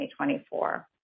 2024